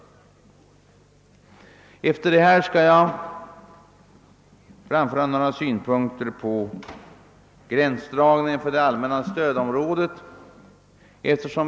Herr talman! Efter att ha sagt detta skall jag framföra några synpunkter på gränsdragningen för det allmänna stödområdet.